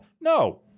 No